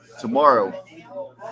tomorrow